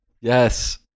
Yes